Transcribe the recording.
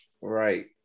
Right